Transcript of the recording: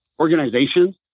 organizations